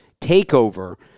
takeover